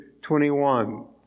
21